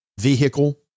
vehicle